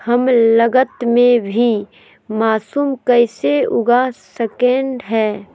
कम लगत मे भी मासूम कैसे उगा स्केट है?